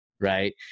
right